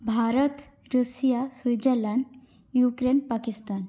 Bharat Russia Switzerland Ukraine Pakistan